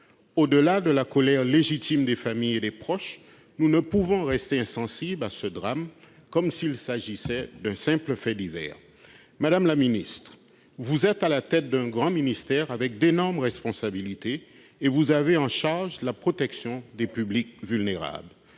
Au-delà de la colère légitime des familles et des proches, nous ne pouvons rester insensibles à ce drame, comme s'il s'agissait d'un simple fait divers. Madame la ministre, vous êtes à la tête d'un grand ministère, avec d'énormes responsabilités, et vous avez notamment la charge de protéger les publics vulnérables.